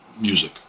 music